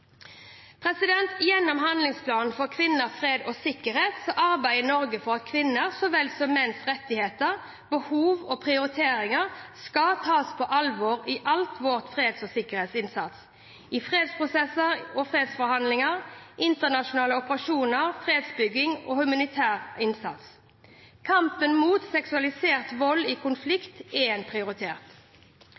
Gjennom handlingsplanen for kvinner, fred og sikkerhet arbeider Norge for at kvinners, så vel som menns, rettigheter, behov og prioriteringer skal tas på alvor i all vår freds- og sikkerhetsinnsats, i fredsprosesser og fredsforhandlinger, internasjonale operasjoner, fredsbygging og i humanitær innsats. Kampen mot seksualisert vold i konflikt er en